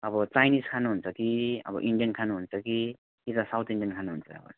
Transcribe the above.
अब चाइनिज खानुहुन्छ कि अब इन्डियन खानुहुन्छ कि कि त साउथ इन्डियन खानुहुन्छ अब